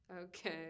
Okay